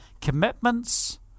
commitments